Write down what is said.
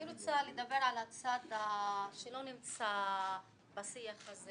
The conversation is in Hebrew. אני רוצה לדבר על הצד שלא נמצא בשיח הזה